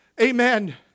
Amen